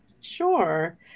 Sure